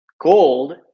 Gold